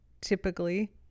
typically